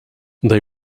they